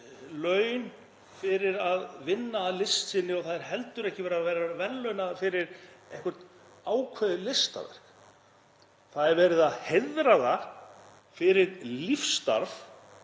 laun fyrir að vinna að list sinni og það er heldur ekki verið að verðlauna það fyrir eitthvert ákveðið listaverk. Það er verið að heiðra það fyrir lífsstarf